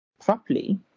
properly